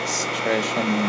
situation